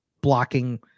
blocking